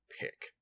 pick